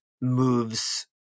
moves